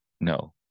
No